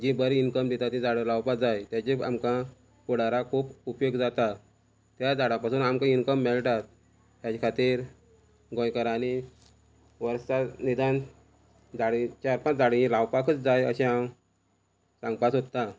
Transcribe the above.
जी बरी इन्कम दिता ती झाडां लावपाक जाय तेजे आमकां फुडाराक खूब उपयोग जाता त्या झाडा पासून आमकां इन्कम मेळटात हेजे खातीर गोंयकारांनी वर्सा निदान झाड चार पांच झाडां लावपाकच जाय अशें हांव सांगपा सोदतां